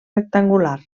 rectangular